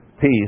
peace